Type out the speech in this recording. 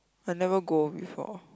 I never go before